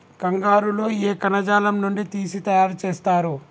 కంగారు లో ఏ కణజాలం నుండి తీసి తయారు చేస్తారు?